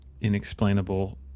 inexplainable